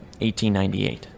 1898